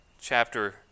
chapter